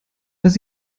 dass